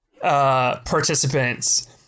participants